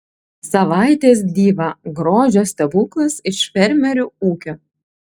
savaitės diva grožio stebuklas iš fermerių ūkio